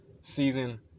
season